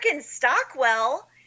Stockwell